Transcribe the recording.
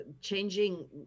changing